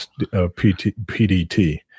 PDT